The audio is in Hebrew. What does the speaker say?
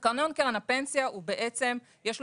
לתקנון קרן הפנסיה יש מעמד-על,